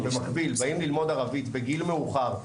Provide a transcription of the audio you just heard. במקביל באים ללמוד ערבית בגיל מאוחר,